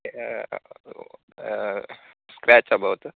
scratch अभवत्